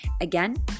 Again